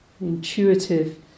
intuitive